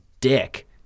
dick